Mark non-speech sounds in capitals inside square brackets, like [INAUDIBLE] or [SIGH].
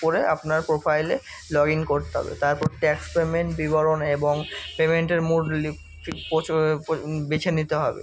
করে আপনার প্রোফাইলে লগ ইন করতে হবে তারপর ট্যাক্স পেমেন্ট বিবরণ এবং পেমেন্টের মোড রিলিফ [UNINTELLIGIBLE] বেছে নিতে হবে